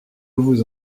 vous